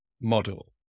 model